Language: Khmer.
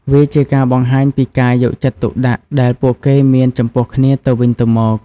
វាជាការបង្ហាញពីការយកចិត្តទុកដាក់ដែលពួកគេមានចំពោះគ្នាទៅវិញទៅមក។